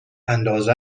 اندازه